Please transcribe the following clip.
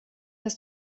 ist